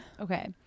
Okay